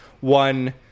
one